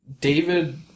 David